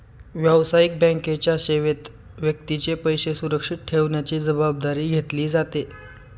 व्यावसायिक बँकेच्या सेवेत व्यक्तीचे पैसे सुरक्षित ठेवण्याची जबाबदारी घेतली जाते